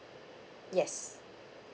yes